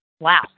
Wow